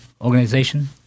organization